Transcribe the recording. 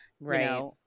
right